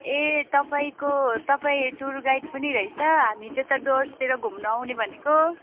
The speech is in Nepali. ए तपाईँको तपाईँ टुर गाइड पनि रहेछ हामी त्यता डुवर्सतिर घुम्नु आउने भनेको